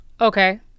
Okay